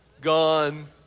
gone